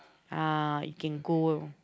ah you can go